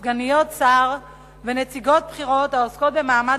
סגניות שרים ונציגות בכירות העוסקות במעמד